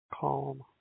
calm